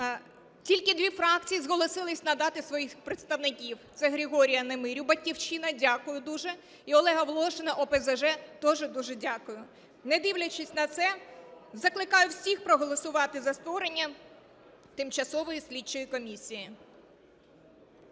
тільки дві фракції зголосились надати своїх представників, це Григорія Немирю "Батьківщина", дякую дуже, і Олега Волошина ОПЗЖ, теж дуже дякую. Не дивлячись на це, закликаю всіх проголосувати за створення Тимчасової слідчої комісії.